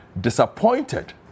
disappointed